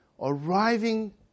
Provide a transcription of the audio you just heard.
arriving